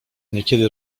niekiedy